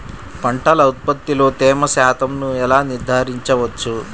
పంటల ఉత్పత్తిలో తేమ శాతంను ఎలా నిర్ధారించవచ్చు?